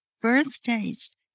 birthdays